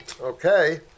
Okay